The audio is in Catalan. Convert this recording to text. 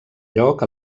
lloc